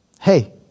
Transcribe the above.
hey